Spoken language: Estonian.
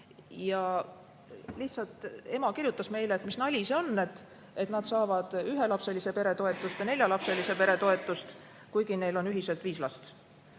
viis last. Ema kirjutas meile, et mis nali see on, et nad saavad ühelapselise pere toetust ja neljalapselise pere toetust, kuigi neil on ühised viis last.